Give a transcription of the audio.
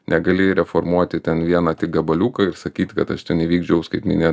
negali reformuoti ten vieną tik gabaliuką ir sakyti kad aš ten įvykdžiau skaitmeninę